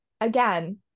again